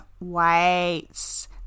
weights